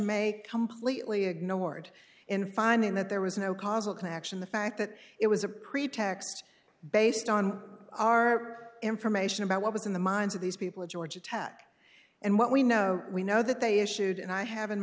make completely ignored in finding that there was no causal connection the fact that it was a pretext based on our information about what was in the minds of these people at georgia tech and what we know we know that they issued and i have in